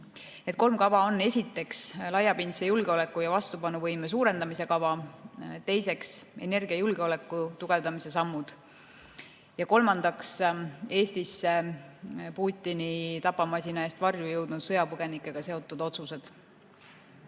kolm kava on: esiteks, laiapindse julgeoleku ja vastupanuvõime suurendamise kava; teiseks, energiajulgeoleku tugevdamise sammud; ja kolmandaks, Eestisse Putini tapamasina eest varju jõudnud sõjapõgenikega seotud otsused.